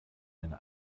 eine